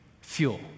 fuel